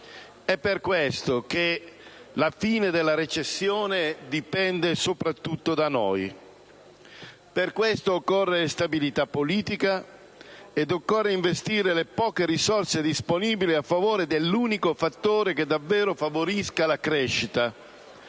È per questo che la fine della recessione dipende soprattutto da noi. Per questo occorre stabilità politica e occorre investire le poche risorse disponibili a favore dell'unico fattore che davvero favorisca la crescita,